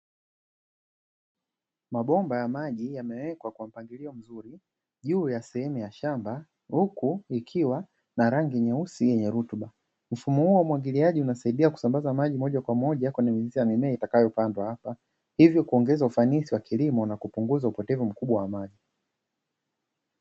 Mabomba ya maji yamewekwa kwa mpangilio mzuri, juu ya sehemu ya shamba huku ikiwa na rangi nyeusi yenye rutuba. Mfumo huu wa umwagiliaji unasaidia kusambaza maji moja kwa moja kwenye mizizi ya mimea itakayopandwa hapa , hivyo kuongeza ufanisi wa kilimo na kupunguza upotevu mkubwa wa maji.